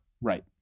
Right